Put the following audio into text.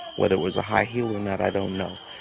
whether it was a high heel or not, i don't know,